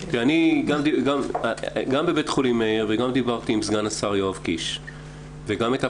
גם בבית חולים מאיר וגם דיברתי עם סגן השר יואב קיש וגם הייתה